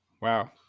Wow